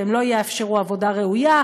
והם לא יאפשרו עבודה ראויה,